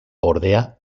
ordea